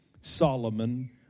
Solomon